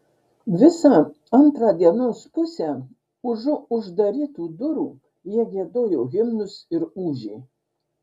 visą antrą dienos pusę užu uždarytų durų jie giedojo himnus ir ūžė